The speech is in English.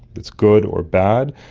that's good or bad,